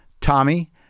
Tommy